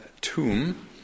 tomb